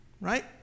Right